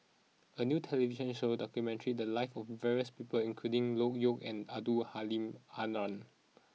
a new television show documented the lives of various people including Loke Yew and Abdul Halim Haron